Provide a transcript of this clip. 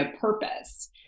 purpose